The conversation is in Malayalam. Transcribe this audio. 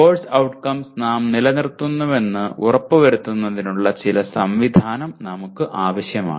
കോഴ്സ് ഔട്ട്കംസ് നാം നിലനിർത്തുന്നുവെന്ന് ഉറപ്പുവരുത്തുന്നതിനുള്ള ചില സംവിധാനം നമുക്ക് ആവശ്യമാണ്